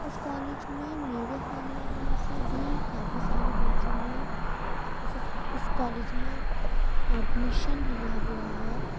اس college میں میرے خاندان میں سے بھی کافی سارے بچوں نے اس اس اس کالج میں ایڈمیشن لیا ہوا ہے